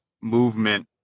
movement